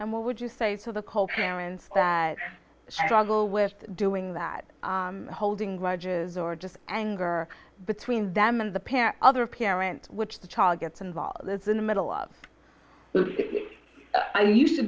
and what would you say to the call parents that struggle with doing that holding grudges or just anger between them and the parent other parent which the child gets involved that's in the middle of it i used to